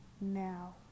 now